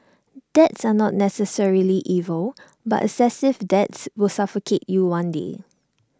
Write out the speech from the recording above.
debts are not necessarily evil but excessive debts will suffocate you one day